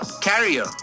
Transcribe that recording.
Carrier